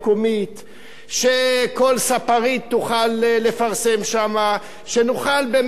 שכל ספרית תוכל לפרסם שמה, שנוכל באמת לעשות משהו.